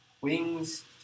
Wings